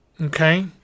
Okay